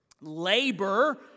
labor